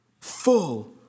full